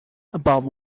above